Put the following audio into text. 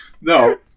No